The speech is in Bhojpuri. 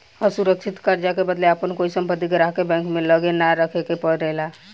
असुरक्षित कर्जा के बदले आपन कोई संपत्ति ग्राहक के बैंक के लगे ना रखे के परेला